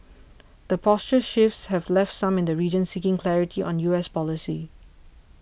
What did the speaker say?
the posture shifts have left some in the region seeking clarity on U S policy